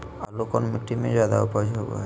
आलू कौन मिट्टी में जादा ऊपज होबो हाय?